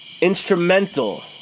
Instrumental